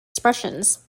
expressions